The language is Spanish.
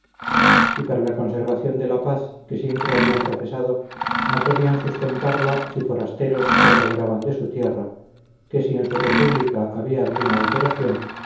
y para la conservación de la paz que siempre habían profesado no podían sustentarla si forasteros se apoderaban de su tierra que si en su república había alguna alteración